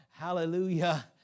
Hallelujah